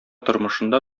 тормышында